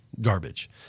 garbage